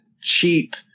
cheap